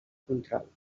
control